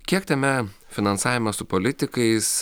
kiek tame finansavime su politikais